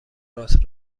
راست